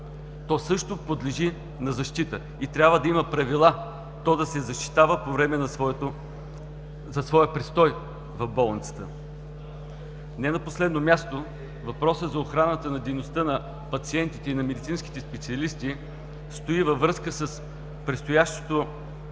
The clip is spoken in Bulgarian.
То също подлежи на защита и трябва да има правила то да се защитава за своя престой в болницата. Не на последно място, въпросът за охраната на дейността на пациентите и на медицинските специалисти стои във връзка с предстоящото